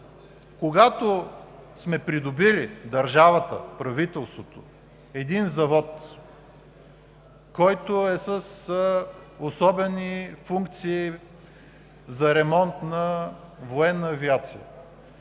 когато сме придобили – държавата, правителството, един завод, който е с особени функции за ремонт на военна авиация,